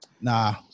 Nah